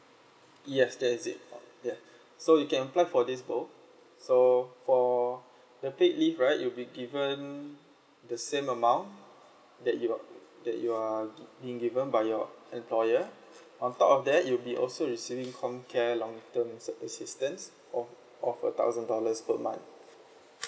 yes that is it uh ya so you can apply for these both so for the paid leave right you'll be given the same amount that you're that you are being given by your employer on top of that you will be also receiving comcare long term's uh assistance of of a thousand dollars per month